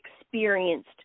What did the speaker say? experienced